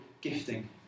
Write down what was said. gifting